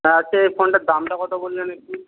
হ্যাঁ হচ্ছে এই ফোনটার দামটা কতো বললেন একটু